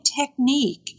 technique